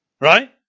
Right